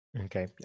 Okay